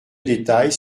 détails